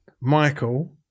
Michael